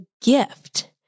gift